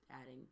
adding